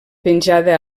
penjada